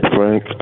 Frank